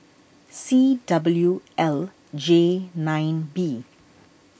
C W L J nine B